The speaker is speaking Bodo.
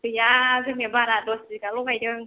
गैया जोंनि बारा दस बिगाल' गायदों